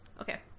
Okay